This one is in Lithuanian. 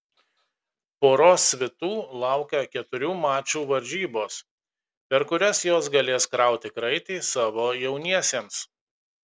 poros svitų laukia keturių mačų varžybos per kurias jos galės krauti kraitį savo jauniesiems